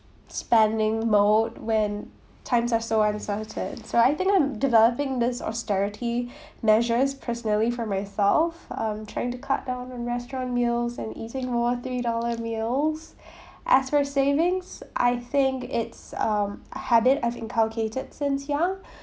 spending mode when times are so uncertain so I think I'm developing this austerity measures personally for myself um trying to cut down on restaurant meals and eating more three dollar meals as for savings I think it's um a habit I've inculcated since young